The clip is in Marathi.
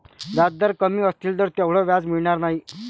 व्याजदर कमी असतील तर तेवढं व्याज मिळणार नाही